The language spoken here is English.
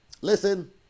Listen